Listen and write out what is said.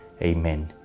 amen